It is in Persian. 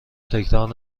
تکرار